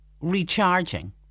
recharging